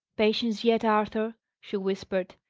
patience yet, arthur! she whispered.